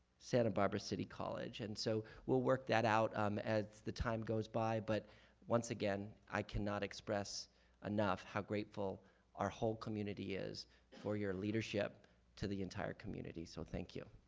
santa barbara city college. and we so will work that out um as the time goes by, but once, again, i cannot express enough how grateful our whole community is for your leadership to the entire community. so thank you.